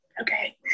Okay